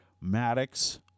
Maddox